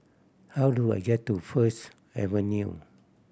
how do I get to First Avenue